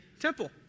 temple